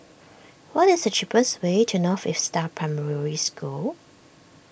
what is the cheapest way to North Vista Primary School